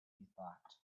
thought